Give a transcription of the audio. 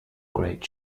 great